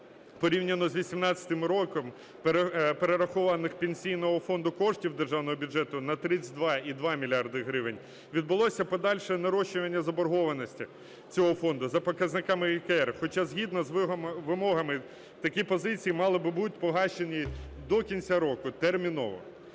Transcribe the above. порівняно з 2018 роком перерахованих в Пенсійний фонд коштів державного бюджету на 32,2 мільярда гривень, відбулося подальше нарощування заборгованості цього фонду за показниками ЄКР. Хоча згідно з вимогами такі позиції мали би бути погашені до кінця току терміново.